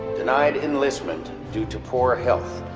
denied enlistment due to poor health,